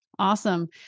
Awesome